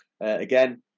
Again